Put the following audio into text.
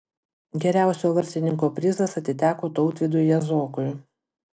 geriausio vartininko prizas atiteko tautvydui jazokui